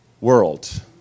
world